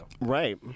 right